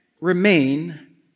remain